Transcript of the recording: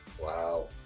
Wow